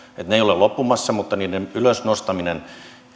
eivät ole loppumassa mutta niiden ylösnostaminen